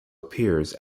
appears